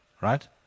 right